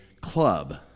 club